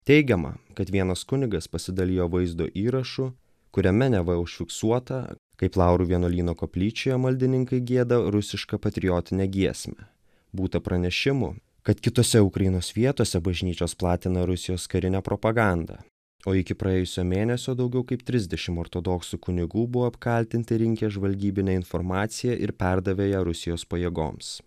teigiama kad vienas kunigas pasidalijo vaizdo įrašu kuriame neva užfiksuota kaip laurų vienuolyno koplyčioje maldininkai gieda rusišką patriotinę giesmę būta pranešimų kad kitose ukrainos vietose bažnyčios platina rusijos karinę propagandą o iki praėjusio mėnesio daugiau kaip trisdešim ortodoksų kunigų buvo apkaltinti rinkę žvalgybinę informaciją ir perdavę ją rusijos pajėgoms